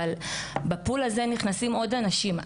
אבל ב-pool הזה נכנסים עוד אנשים.